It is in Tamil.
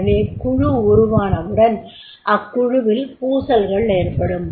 எனவே குழு உருவானவுடன் அக்குழுவில் பூசல்கள் ஏற்படும்